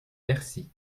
bercy